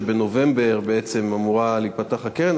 שבנובמבר אמורה להיפתח הקרן.